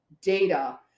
data